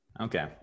Okay